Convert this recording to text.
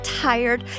tired